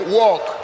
walk